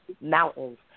mountains